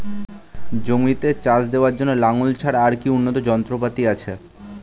জমিতে চাষ দেওয়ার জন্য লাঙ্গল ছাড়া আর কি উন্নত যন্ত্রপাতি আছে?